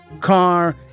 car